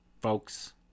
folks